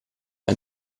ein